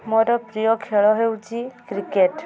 ମୋର ପ୍ରିୟ ଖେଳ ହେଉଛି କ୍ରିକେଟ୍